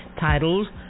titled